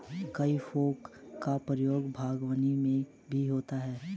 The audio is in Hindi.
हेइ फोक का प्रयोग बागवानी में भी होता है